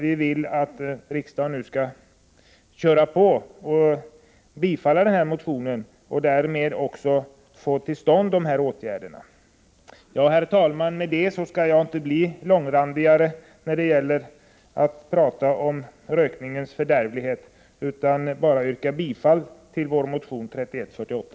Vi vill att riksdagen skall skynda på regeringen genom att bifalla motionen, så att vi därmed får till stånd de åtgärder som har föreslagits. Herr talman! Jag skall inte föra ett långrandigare resonemang än så om rökningens fördärvlighet, utan vill med detta bara yrka bifall till vår motion 3148.